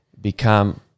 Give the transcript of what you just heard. become